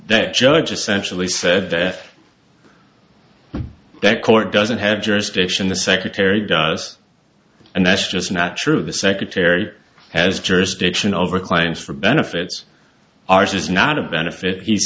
that judge essentially said death that court doesn't have jurisdiction the secretary does and that's just not true the secretary has jurisdiction over claims for benefits ours is not a benefit he's